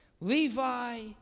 Levi